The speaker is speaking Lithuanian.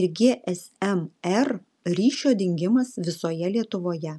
ir gsm r ryšio dingimas visoje lietuvoje